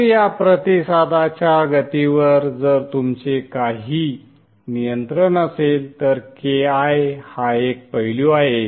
तर या प्रतिसादाच्या गतीवर जर तुमचे काही नियंत्रण असेल तर Ki हा एक पैलू आहे